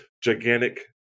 gigantic